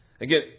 Again